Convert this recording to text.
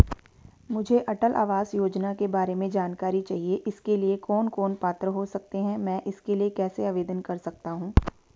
मुझे अटल आवास योजना के बारे में जानकारी चाहिए इसके लिए कौन कौन पात्र हो सकते हैं मैं इसके लिए कैसे आवेदन कर सकता हूँ?